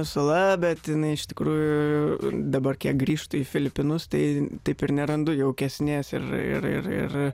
sala bet jinai iš tikrųjų dabar kiek grįžtu į filipinus tai taip ir nerandu jaukesnės ir ir ir